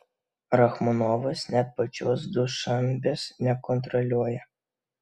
rachmonovas net pačios dušanbės nekontroliuoja